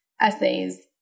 essays